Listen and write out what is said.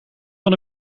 van